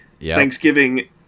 Thanksgiving